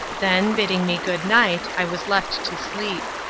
then, bidding me good-night, i was left to sleep.